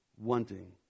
wanting